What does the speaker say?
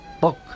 book